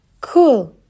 cool